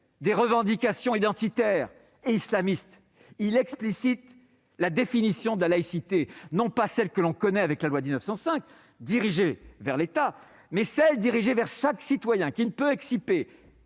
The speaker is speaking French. de revendications identitaires et islamistes. Il explicite la définition de la laïcité, non pas celle que l'on connaît avec la loi de 1905, dirigée vers l'État, mais celle qui s'adresse à chaque citoyen, qui ne peut évoquer